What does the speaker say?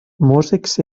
músics